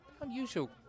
unusual